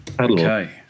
Okay